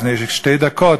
לפני שתי דקות,